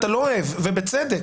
אתה לא אוהב ובצדק,